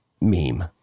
meme